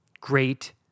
great